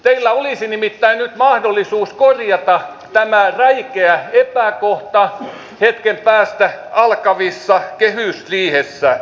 teillä olisi nimittäin nyt mahdollisuus korjata tämä räikeä epäkohta hetken päästä alkavassa kehysriihessä